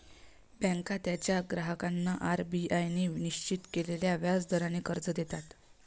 बँका त्यांच्या ग्राहकांना आर.बी.आय ने निश्चित केलेल्या व्याज दराने कर्ज देतात